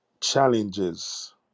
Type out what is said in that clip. challenges